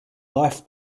life